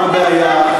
מה הבעיה?